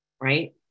right